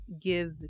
give